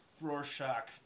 Rorschach